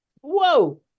Whoa